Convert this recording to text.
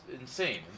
insane